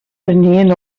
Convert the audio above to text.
prenien